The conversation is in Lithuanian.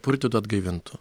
purtytų atgaivintų